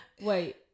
Wait